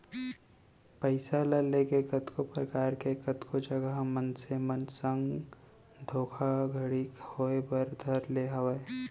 पइसा ल लेके कतको परकार के कतको जघा मनसे मन संग धोखाघड़ी होय बर धर ले हावय